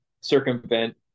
circumvent